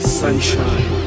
sunshine